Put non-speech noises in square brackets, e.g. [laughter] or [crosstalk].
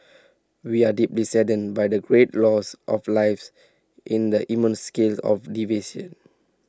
we are deeply saddened by the great loss of lives in the immense scale of [unintelligible]